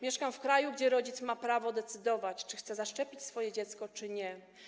Mieszkam w kraju, gdzie rodzic ma prawo decydować, czy chce zaszczepić swoje dziecko, czy nie.